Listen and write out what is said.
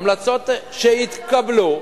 ההמלצות שיתקבלו,